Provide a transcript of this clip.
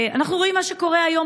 אנחנו רואים מה שקורה היום,